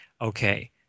okay